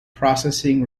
processing